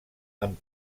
amb